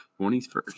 21st